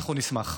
אנחנו נשמח.